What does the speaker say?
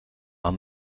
aan